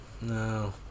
No